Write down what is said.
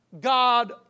God